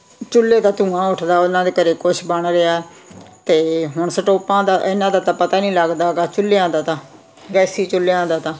ਚੁੱਲ੍ਹੇ ਦਾ ਧੂੰਆਂ ਉੱਠਦਾ ਉਹਨਾਂ ਦੇ ਘਰ ਕੁਛ ਬਣ ਰਿਹਾ ਅਤੇ ਹੁਣ ਸਟੋਪਾਂ ਦਾ ਇਹਨਾਂ ਦਾ ਤਾਂ ਪਤਾ ਹੀ ਨਹੀਂ ਲੱਗਦਾ ਹੈਗਾ ਚੁੱਲ੍ਹਿਆਂ ਦਾ ਤਾਂ ਗੈਸੀ ਚੁੱਲ੍ਹਿਆਂ ਦਾ ਤਾਂ